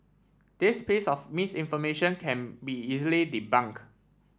this piece of misinformation can be easily debunk